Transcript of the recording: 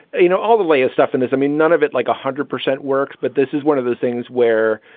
you know, all the latest stuff in this, i mean, none of it like one hundred percent works. but this is one of those things where,